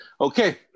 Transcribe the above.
Okay